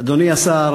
אדוני השר,